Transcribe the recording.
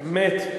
באמת.